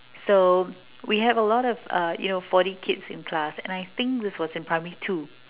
so we have a lot of uh you know forty kids in class and I think this was in primary two